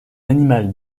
animal